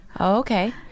Okay